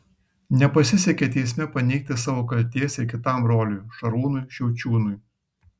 nepasisekė teisme paneigti savo kaltės ir kitam broliui šarūnui šiaučiūnui